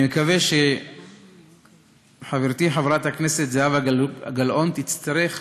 אני מקווה שחברתי חברת הכנסת זהבה גלאון תצטרף